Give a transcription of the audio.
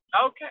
Okay